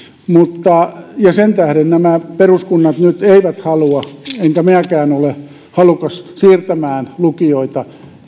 sen tähden nämä peruskunnat nyt eivät halua siirtää enkä minäkään ole halukas siirtämään lukioita